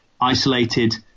isolated